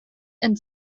and